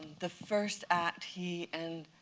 the first act he and